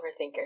overthinker